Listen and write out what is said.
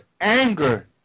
anger